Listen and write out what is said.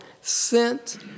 sent